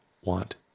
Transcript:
want